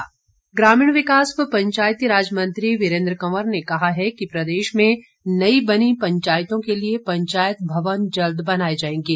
वीरेन्द्र कंवर ग्रामीण विकास व पंचायती राज मंत्री वीरेन्द्र कंवर ने कहा है कि प्रदेश में नई बनी पंचायतों के लिए पंचायत भवन जल्द बनाए जाएंगे